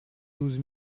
douze